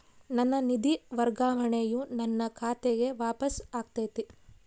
ನನ್ನ ನಿಧಿ ವರ್ಗಾವಣೆಯು ನನ್ನ ಖಾತೆಗೆ ವಾಪಸ್ ಆಗೈತಿ